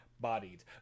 bodied